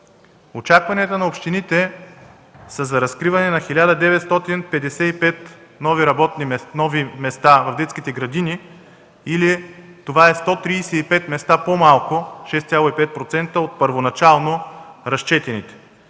Очакванията на общините са за разкриване на 1955 нови места в детските градини или това е 135 места по-малко – 6,5% от първоначално разчетените.